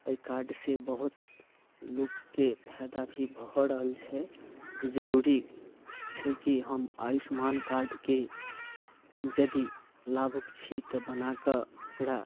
एहि कार्डसँ बहुत लोककेँ फायदा भी भऽ रहल छै ई जरूरी छै कि हम आयुष्मान कार्डके यदि लाभुक छी तऽ बना कऽ ओकरा